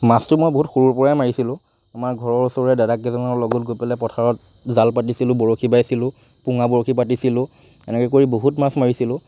মাছটো মই বহুত সৰুৰ পৰাই মাৰিছিলোঁ আমাৰ ঘৰৰ ওচৰৰে দাদা কেইজনমানৰ লগত গৈ পেলাই পথাৰত জাল পাতিছিলোঁ বৰশী বাইছিলোঁ পুঙা বৰশী পাতিছিলোঁ এনেকৈ কৰি বহুত মাছ মাৰিছিলোঁ